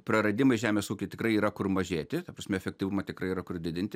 praradimai žemės ūky tikrai yra kur mažėti ta prasme efektyvumą tikrai yra kur didinti